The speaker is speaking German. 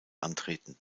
antreten